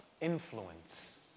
influence